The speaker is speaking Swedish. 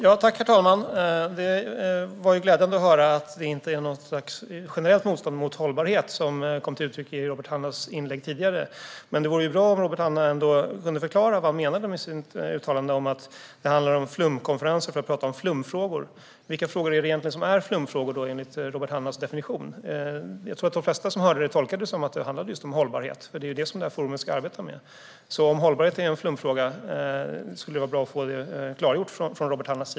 Herr talman! Det var glädjande att höra att det inte var något generellt motstånd mot hållbarhet som kom till uttryck i Robert Hannahs inlägg tidigare. Men det vore bra om han ändå kunde förklara vad han menade med sitt uttalande om att det handlar om flumkonferenser för att tala om flumfrågor. Vilka frågor är flumfrågor enligt Robert Hannahs definition? Jag tror att de flesta som hörde honom tolkade det som att det handlade om just hållbarhet, eftersom det är vad forumet ska arbeta med. Om hållbarhet är en flumfråga vore det bra att få det klargjort från Robert Hannah.